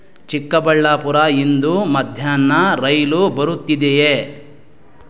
ಚಿಕ್ಕಬಳ್ಳಾಪುರ ಇಂದು ಮಧ್ಯಾಹ್ನ ರೈಲು ಬರುತ್ತಿದೆಯೇ